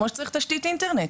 כמו שצריך תשתית אינטרנט.